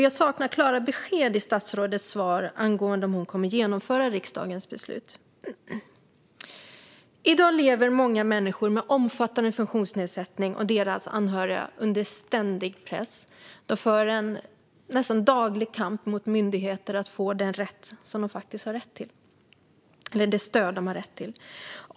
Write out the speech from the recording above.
Jag saknar klara besked i statsrådets svar angående huruvida hon kommer att genomföra riksdagens beslut. I dag lever många människor med omfattande funktionsnedsättning, och deras anhöriga lever under ständig press. De för en nästan daglig kamp mot myndigheter för att få det stöd de har rätt till.